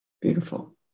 beautiful